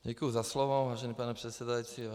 Děkuji za slovo, vážený pane předsedající.